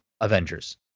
Avengers